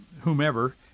whomever